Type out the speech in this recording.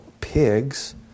pigs